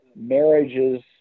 marriages